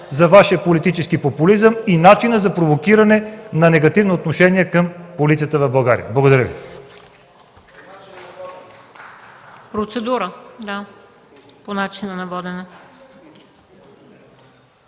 за Вашия политически популизъм и начин за провокиране на негативно отношение към полицията в България. Благодаря Ви.